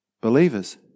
believers